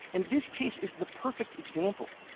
and this case is the perfect example.